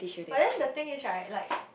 but then the thing is right like